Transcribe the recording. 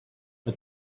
but